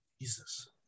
Jesus